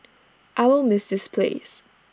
I will miss this place